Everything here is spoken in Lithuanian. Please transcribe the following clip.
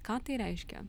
ką tai reiškia